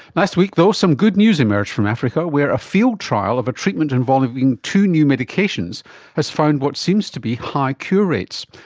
last week though some good news emerged from africa where a field trial of a treatment involving two new medications has found what seems to be high cure rates.